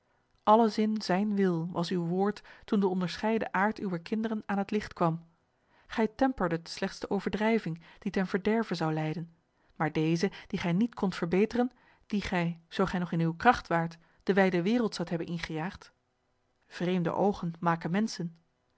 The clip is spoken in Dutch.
n w i l was uw woord toen de onderscheiden aard uwer kinderen aan het licht kwam gij temperdet slechts de overdrijving die ten verderve zou leiden maar dezen dien gij niet kondt verbeteren dien gij zoo ge nog in uwe kracht waart de wijde wereld zoudt hebben ingejaagd vreemde oogen maken menschen